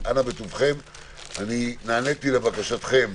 נעניתי לבקשתכם